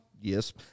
yes